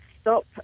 stop